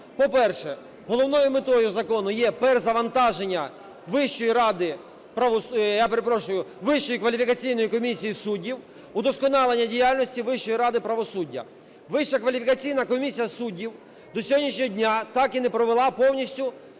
По-перше, головною метою закону є перезавантаження Вищої ради, я перепрошую, Вищої кваліфікаційної комісії суддів, вдосконалення діяльності Вищої ради правосуддя. Вища кваліфікаційна комісія суддів до сьогоднішнього дня так і не провела повністю